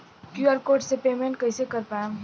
QR code से payment कईसे कर पाएम?